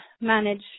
manage